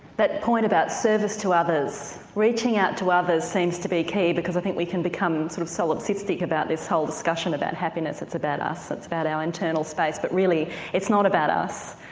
that point about service to others, reaching out to others seems to be the key because i think we can become sort of solipsistic about this whole discussion about happiness, it's about us, it's about our internal space, but really it's not about us,